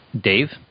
Dave